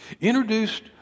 Introduced